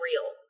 real